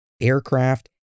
aircraft